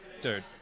Dude